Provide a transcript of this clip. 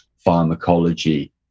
pharmacology